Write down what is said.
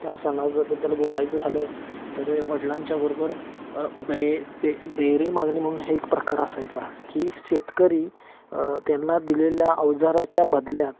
त्या सणाजबद्दल बोलायचं झालं तर वडिलांच्याबरोबर बै बे बेरे मागणी म्हणून हे एक प्रकार असायचा की शेतकरी त्यांना दिलेल्या अवजाराच्या बदल्यात